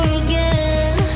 again